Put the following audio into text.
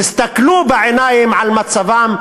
תסתכלו בעיניים על מצבן,